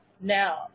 Now